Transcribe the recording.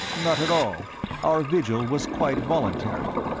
not at all our vigil was quite voluntary.